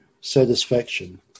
satisfaction